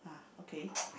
ah okay